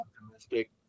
optimistic